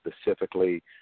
specifically